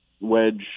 Wedge